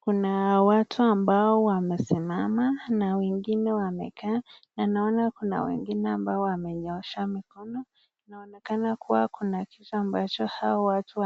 Kuna watu ambao wamesimama na wengine wamekaa na naona kuna wengine ambao wamenyoosha mikono. Inaonekana kuwa kuna kitu ambacho hawa watu